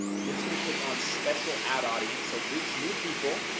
so we're just gonna click on special ad audience. so reach new people.